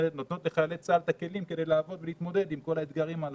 נותנות לחיילי צה"ל את הכלים להתמודד עם כל האתגרים הללו.